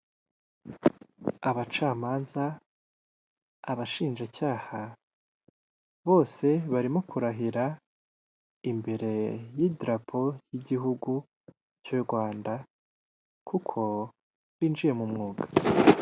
Abacamanza, abashinjacyaha, bose barimo kurahira imbere y'idarapo ry'igihugu cy'u Rwanda, kuko binjiye mu mwuga.